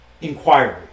inquiry